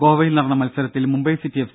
ഗോവയിൽ നടന്ന മത്സരത്തിൽ മുംബൈ സിറ്റി എഫ്